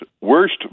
worst